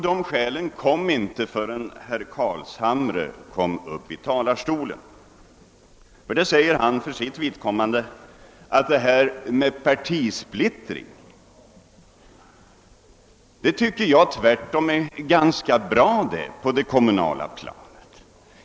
De skälen anfördes inte förrän herr Carlshamre kom upp i talarstolen. Han sade: »Detta med partisplittring tycker jag är ganska bra på det kommunala planet.